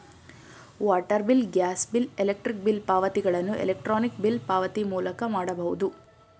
water bill, gas bill, electric bill ಪಾವತಿಗಳನ್ನು electronic bill ಪಾವತಿ ಮೂಲಕ ಮಾಡಬಹುದು